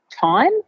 time